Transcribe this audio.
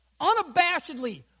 unabashedly